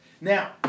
Now